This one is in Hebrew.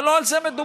אבל לא על זה מדובר.